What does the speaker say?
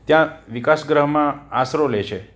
ત્યાં વિકાસગ્રામમાં આશરો લે છે